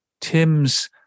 Tim's